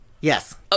Yes